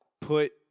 put